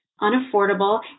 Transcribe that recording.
unaffordable